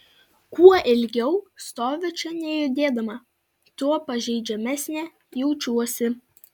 kuo ilgiau stoviu čia nejudėdama tuo pažeidžiamesnė jaučiuosi